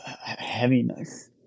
heaviness